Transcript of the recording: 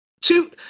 Two